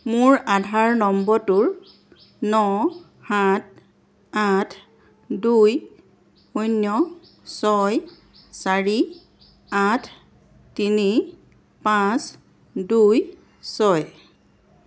মোৰ আধাৰ নম্বৰটোৰ ন সাত আঠ দুই শূন্য ছয় চাৰি আঠ তিনি পাঁচ দুই ছয়